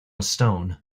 stone